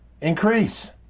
increase